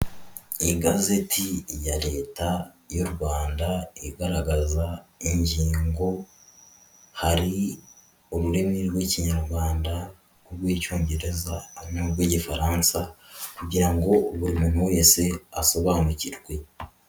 Igazeti ya Leta y'u Rwanda igaragaza ingingo, hari ururimi rw'Ikinyarwanda urw'Icyongereza n'urw'Igifaransa. Kugira ngo buri muntu wese asobanukirwe.